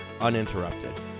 uninterrupted